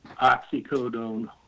oxycodone